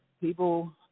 People